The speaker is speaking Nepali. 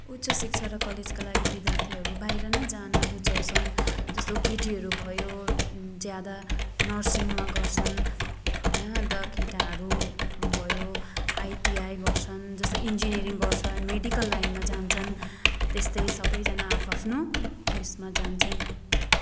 उच्च शिक्षा र कलेजका लागि विद्यार्थीहरू बाहिर नै जान रुचाउँछन् जस्तो केटीहरू भयो ज्यादा नर्सिङमा गर्छन् होइन अन्त केटाहरू भयो आइटिआई गर्छन् जस्तै इन्जिनियरिङ गर्छन् मेडिकल लाइनमा जान्छन् त्यस्तै सबैजना आ आफ्नो उयेसमा जान्छन्